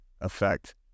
effect